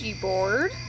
board